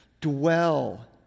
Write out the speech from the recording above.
dwell